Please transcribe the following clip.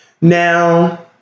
Now